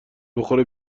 بخوره